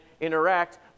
interact